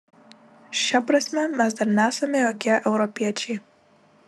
šia prasme mes dar nesame jokie europiečiai